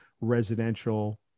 residential